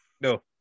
No